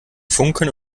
funken